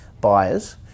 buyers